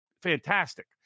fantastic